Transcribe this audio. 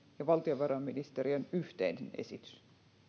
ja valtiovarainministeriön yhteinen esitys